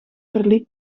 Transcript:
verliep